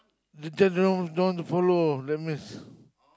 later don't don't want to follow that means